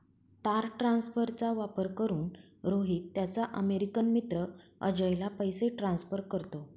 तार ट्रान्सफरचा वापर करून, रोहित त्याचा अमेरिकन मित्र अजयला पैसे ट्रान्सफर करतो